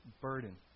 burden